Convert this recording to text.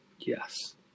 Yes